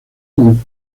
con